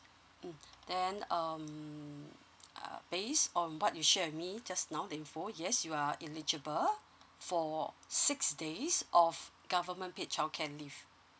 mm then um uh based on what you share with me just now in full yes you are eligible for six days of government paid childcare leave